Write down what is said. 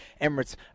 Emirates